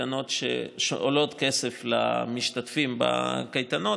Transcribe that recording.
הן קייטנות שעולות כסף למשתתפים בקייטנות,